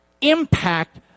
impact